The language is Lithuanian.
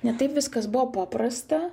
ne taip viskas buvo paprasta